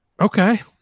okay